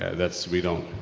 that's. we don't,